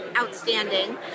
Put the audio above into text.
outstanding